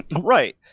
Right